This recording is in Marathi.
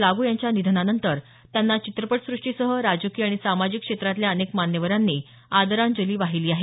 लागू यांच्या निधनानंतर त्यांना चित्रपटसुष्टीसह राजकीय आणि सामाजिक क्षेत्रातल्या अनेक मान्यवरांनी आदरांजली वाहिली आहे